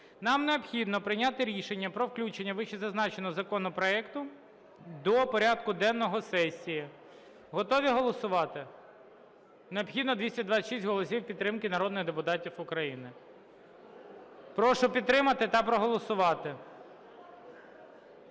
Нам необхідно прийняти рішення про включення вищезазначеного законопроекту до порядку денного сесії. Готові голосувати? Необхідно 226 голосів підтримки народних депутатів України. Прошу підтримати та проголосувати.